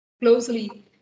closely